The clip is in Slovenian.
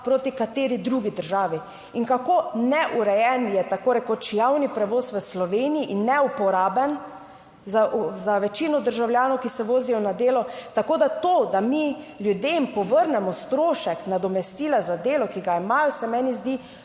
proti kateri drugi državi in kako neurejen je tako rekoč javni prevoz v Sloveniji in neuporaben za večino državljanov, ki se vozijo na delo? Tako da to, da mi ljudem povrnemo strošek nadomestila za delo, ki ga imajo, se meni zdi